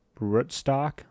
rootstock